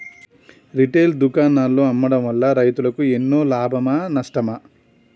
Retail దుకాణాల్లో అమ్మడం వల్ల రైతులకు ఎన్నో లాభమా నష్టమా?